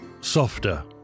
softer